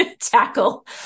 tackle